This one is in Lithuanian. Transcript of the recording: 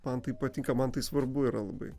man tai patinka man tai svarbu yra labai